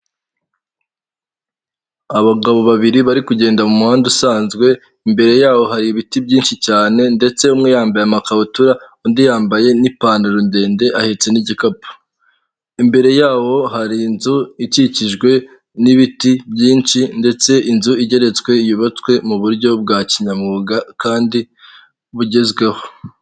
Abagabo babiri bari kugenda muhanda usanzwe, imbere yawo hari ibiti byinshi cyane, ndetse umwe yambaye amakabutura, undi yambaye n'ipantaro ndende, ahetse n'igikapu. Imbere yaho hari inzu ikikijwe n'ibiti byinshi, ndetse inzu igeretswe yubatswe mu buryo bwa kinyamwuga, kandi bugezweho.